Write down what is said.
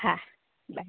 હા બાય